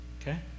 Okay